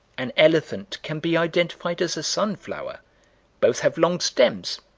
an elephant can be identified as a sunflower both have long stems.